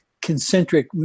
concentric